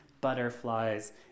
butterflies